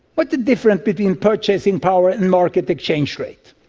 what's the difference between purchasing power and market exchange rate?